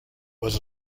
was